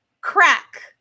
crack